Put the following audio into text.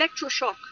electroshock